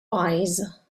wise